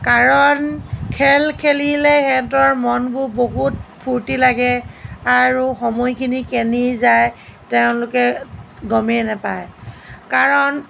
কাৰণ খেল খেলিলে সিহতঁৰ মনবোৰ বহুত ফুৰ্ত্তি লাগে আৰু সময়খিনি কেনি যায় তেওঁলোকে গমেই নাপায় কাৰণ